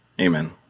Amen